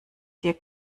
dir